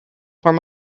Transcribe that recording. form